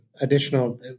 additional